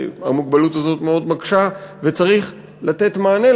והמוגבלות הזאת מאוד מקשה וצריך לתת לה מענה.